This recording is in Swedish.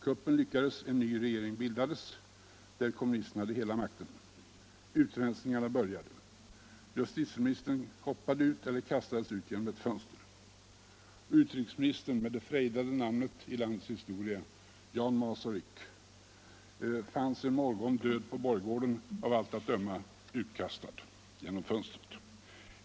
Kuppen lyckades, en ny regering bildades, där kommunisterna hade hela makten. Utrensningarna började. Justitieministern hoppade eller kastades ut genom ett fönster. Utrikesministern med det i landets historia frejdade namnet Jan Masaryk fanns en morgon död på borggården, av allt att döma utkastad genom fönstret.